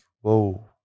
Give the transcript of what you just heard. Whoa